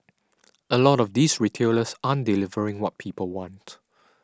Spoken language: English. a lot of these retailers aren't delivering what people want